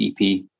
EP